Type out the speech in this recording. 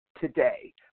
today